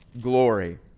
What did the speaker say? glory